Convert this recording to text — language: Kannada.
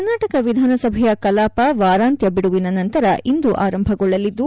ಕರ್ನಾಟಕ ವಿಧಾನಸಭೆಯ ಕಲಾಪ ವಾರಾಂತ್ನ ಬಿಡುವಿನ ನಂತರ ಇಂದು ಆರಂಭಗೊಳ್ಳಲಿದ್ದು